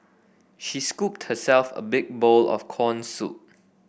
she scooped herself a big bowl of corn soup